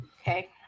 Okay